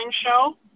show